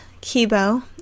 Kibo